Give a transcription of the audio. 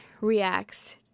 reacts